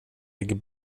ligger